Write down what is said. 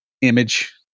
image